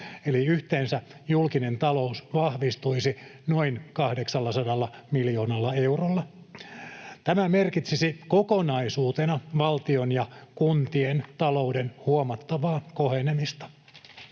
eli yhteensä julkinen talous vahvistuisi noin 800 miljoonalla eurolla. Tämä merkitsisi kokonaisuutena valtion ja kuntien talouden huomattavaa kohenemista.